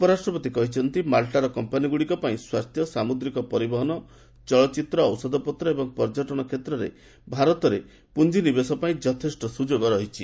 ଉପରାଷ୍ଟ୍ରପତି କହିଛନ୍ତି ମାଲ୍ଟାର କମ୍ପାନିଗୁଡ଼ିକ ପାଇଁ ସ୍ୱାସ୍ଥ୍ୟ ସାମୁଦ୍ରିକ ପରିବହନ ଚଳଚ୍ଚିତ୍ର ଔଷଧପତ୍ର ଏବଂ ପର୍ଯ୍ୟଟନ କ୍ଷେତ୍ରରେ ଭାରତରେ ପୁଞ୍ଜିନିବେଶ ପାଇଁ ଯଥେଷ୍ଟ ସୁଯୋଗ ରହିଛି